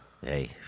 Hey